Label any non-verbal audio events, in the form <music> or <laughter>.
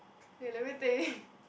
wait let me think <laughs>